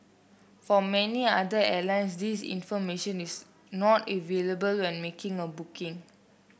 for many other airlines this information is not available when making a booking